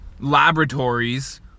laboratories